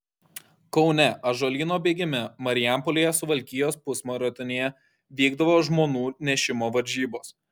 kaune ąžuolyno bėgime marijampolėje suvalkijos pusmaratonyje vykdavo žmonų nešimo varžybos